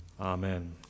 Amen